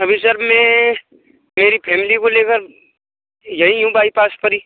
अभी सर मैं मेरी फैमिली को लेकर यही हूँ बाईपास पर ही